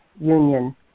union